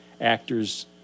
actors